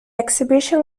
exhibition